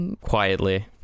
Quietly